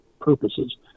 purposes